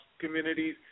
communities